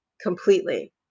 completely